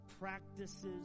practices